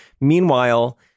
Meanwhile